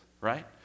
right